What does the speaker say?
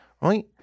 right